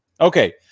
Okay